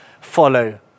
follow